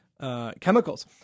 chemicals